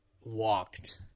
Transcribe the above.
walked